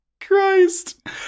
Christ